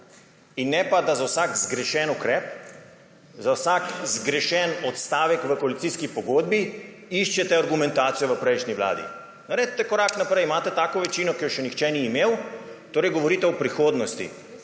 bo, ne pa, da za vsak zgrešen ukrep, za vsak zgrešen odstavek v koalicijski pogodbi iščete argumentacijo v prejšnji vladi. Naredite korak naprej, imate tako večino, kot je še nihče ni imel, torej govorite o prihodnosti